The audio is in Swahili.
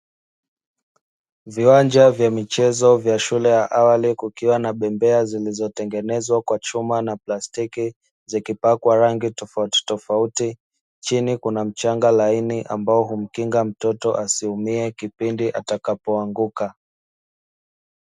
Viiwanja vya michezo vya shule ya awali kukiwa na bembea zilizotengenezwa kwa chuma za plastiki zikipakwa rangi tofauti tofauti. Chini kuna mchanga laini ambao humkinga mtoto asiumie kipindi atakapoanguka.